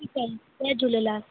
ठीकु आहे जय झूलेलाल